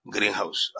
Greenhouse